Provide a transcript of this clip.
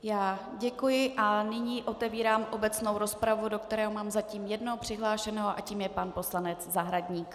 Já děkuji a nyní otevírám obecnou rozpravu, do které mám zatím jednoho přihlášeného a tím je pan poslanec Zahradník.